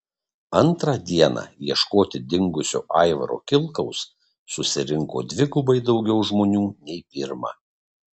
antrą dieną ieškoti dingusio aivaro kilkaus susirinko dvigubai daugiau žmonių nei pirmą